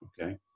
Okay